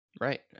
Right